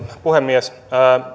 puhemies